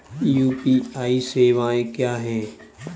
UPI सवायें क्या हैं?